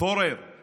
פורר,